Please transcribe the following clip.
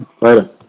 Later